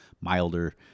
milder